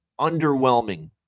underwhelming